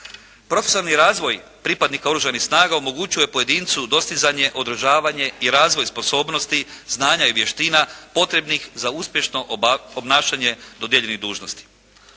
Profesionalni razvoj pripadnika oružanih snaga omogućuje pojedincu dostizanje, održavanje i razvoj sposobnosti znanja i vještina potrebnih za uspješno obnašanje dodijeljenih dužnosti.